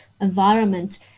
environment